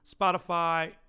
Spotify